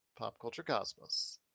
popculturecosmos